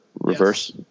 reverse